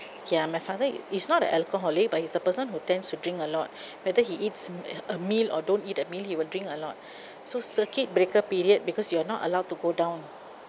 ya my father is not a alcoholic but he's a person who tends to drink a lot whether he eats a meal or don't eat a meal he will drink a lot so circuit breaker period because you are not allowed to go down